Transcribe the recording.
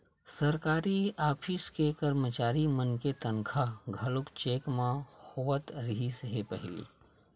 सरकारी ऑफिस के करमचारी मन के तनखा घलो चेक म होवत रिहिस हे पहिली